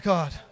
God